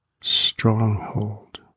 stronghold